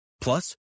plus